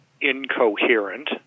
incoherent